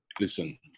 Listen